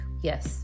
yes